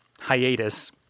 hiatus